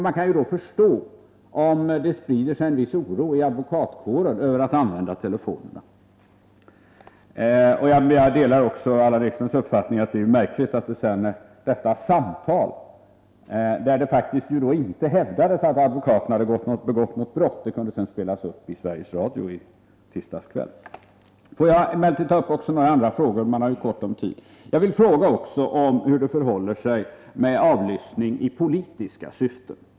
Man kan då förstå om det sprider sig en viss oro i advokatkåren när det gäller att använda telefonerna. Jag delar också Allan Ekströms uppfattning att det är märkligt att detta samtal — och då det faktiskt inte hävdades att advokaten hade begått något brott — sedan kunde spelas upp i Sveriges Radio i tisdags kväll. Låt mig emellertid ta upp också några andra frågor — vi har ju gott om tid. Jag vill fråga hur det förhåller sig med avlyssning i politiska syften.